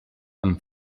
amb